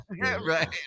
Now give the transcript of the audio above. Right